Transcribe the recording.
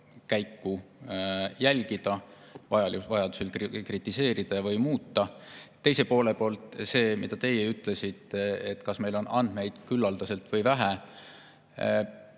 käiku jälgida, vajaduse korral kritiseerida või muuta. Teiselt poolt on see, mida teie ütlesite, kas meil on andmeid küllaldaselt või vähe.